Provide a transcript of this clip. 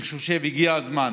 אני חושב שהגיע הזמן